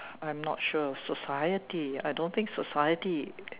I'm not sure of society I don't think society